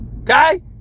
Okay